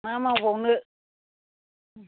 मा मावबावनो